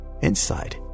Inside